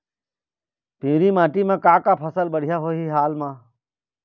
पिवरी माटी म का का फसल हर बढ़िया होही हाल मा?